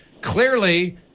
clearly